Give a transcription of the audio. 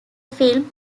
film